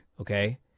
okay